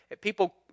people